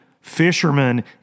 fishermen